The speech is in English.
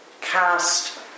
cast